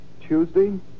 Tuesday